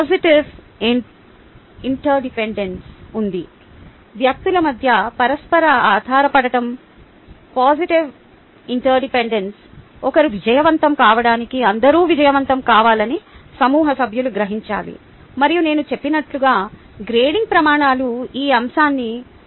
positive interdependency ఉంది వ్యక్తుల మధ్య పరస్పర ఆధారపడటం పొసిటివ్ ఇంటర్డిపెండెన్సీ ఒకరు విజయవంతం కావడానికి అందరూ విజయవంతం కావాలని సమూహ సభ్యులు గ్రహించాలి మరియు నేను చెప్పినట్లుగా గ్రేడింగ్ ప్రమాణాలు ఈ అంశాన్ని బలోపేతం చేయగలవు